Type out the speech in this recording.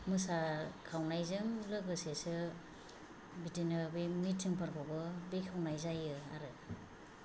मोसाखावनायजों लोगोसेसो बिदिनो बे मिटिंफोरखौबो बेखेवनाय जायो आरो